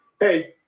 Hey